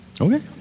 Okay